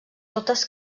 totes